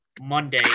Monday